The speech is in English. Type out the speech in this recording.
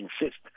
insist